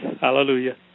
Hallelujah